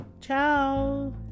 Ciao